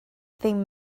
ddim